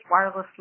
wirelessly